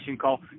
call